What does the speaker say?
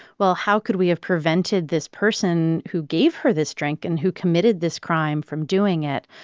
well, how could we have prevented this person, who gave her this drink and who committed this crime, from doing it?